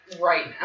Right